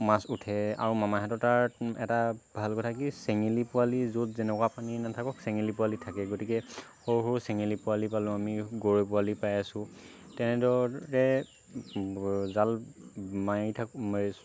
মাছ উঠে আৰু মামাহঁতৰ তাত এটা ভাল কথা কি চেঙেলী পোৱালী য'ত যেনেকুৱা পানীয়ে নাথাকক চেঙেলী পোৱালী থাকেই গতিকে সৰু সৰু চেঙেলী পোৱালী পালো আমি গৰৈ পোৱালী পাই আছো তেনেদৰে জাল মাৰি থাকোঁ এই